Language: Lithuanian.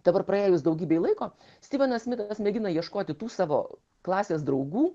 dabar praėjus daugybei laiko styvenas smitas mėgina ieškoti tų savo klasės draugų